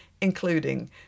including